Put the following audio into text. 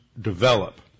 develop